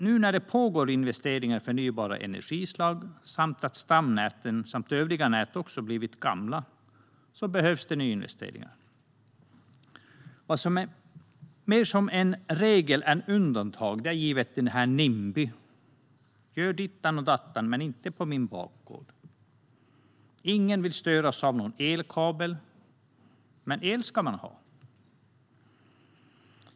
Nu när det pågår investeringar i förnybara elenergislag och stamnäten och övriga nät har blivit gamla behövs det nyinvesteringar. Vad som är mer regel än undantag är det som kallas nimby: Gör ditten och datten, men inte på min bakgård. Ingen vill störas av någon elkabel, men el ska man ha.